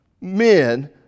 men